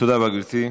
תודה רבה, גברתי.